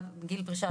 גיל הפרישה.